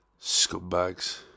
Scumbags